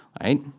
right